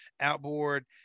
outboard